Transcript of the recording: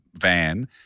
van